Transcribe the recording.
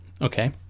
okay